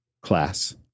class